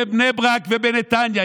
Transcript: בבני ברק ובנתניה,